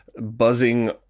buzzing